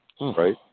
right